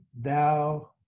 thou